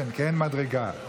כן, מדרגה.